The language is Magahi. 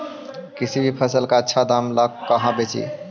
किसी भी फसल के आछा दाम ला कहा बेची?